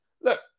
look